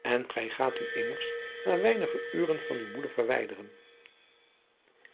en gij gaat u immers maar weinige uren van uwe moeder verwijderen